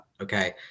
Okay